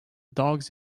dogs